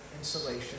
insulation